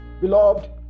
beloved